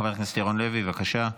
חבר הכנסת ירון לוי, בבקשה.